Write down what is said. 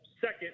second